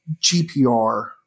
GPR